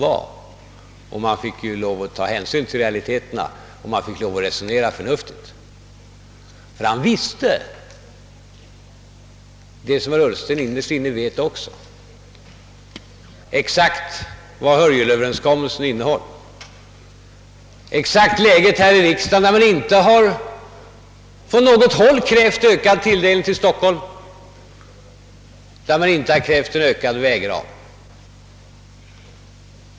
Det var nödvändigt att ta hänsyn till realiteterna och resonera förnuftigt ty han visste, vilket herr Ullsten också innerst inne vet, exakt vad Hörjelöverenskommelsen innehöll och kände också till det exakta läget här i riksdagen, där det inte från något håll krävts ökad tilldelning till Stockholm utan ökning av vägramen.